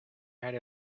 had